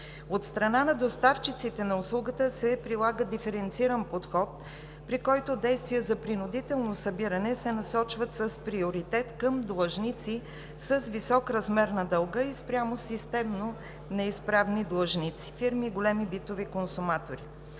От страна на доставчиците на услугата се прилага диференциран подход, при който действия за принудително събиране се насочват с приоритет към длъжници с висок размер на дълга и спрямо системно неизправни длъжници – фирми, големи битови консуматори.